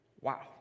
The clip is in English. Wow